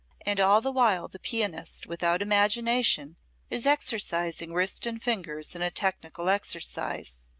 and all the while the pianist without imagination is exercising wrist and ringers in a technical exercise!